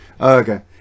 Okay